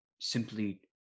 simply